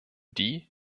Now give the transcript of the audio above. die